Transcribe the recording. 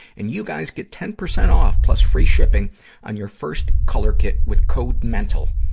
and you guys get ten percent off plus free shipping on your first color kit with code mental.